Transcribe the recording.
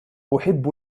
أحب